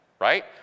right